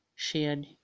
shared